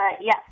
yes